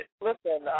listen